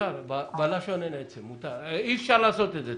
אי אפשר לעשות את זה.